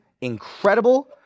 incredible